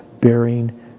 bearing